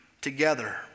together